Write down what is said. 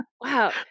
Wow